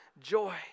joy